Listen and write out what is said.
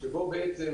שבו בעצם,